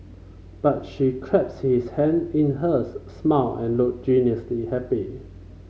but she clasped his hand in hers smiled and looked genuinely happy